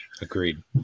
agreed